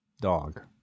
dog